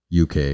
UK